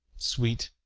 sweet,